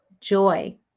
joy